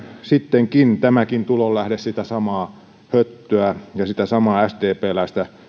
sitten tämäkin tulonlähde sitä samaa höttöä ja sitä samaa sdpläistä